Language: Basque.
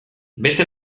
beste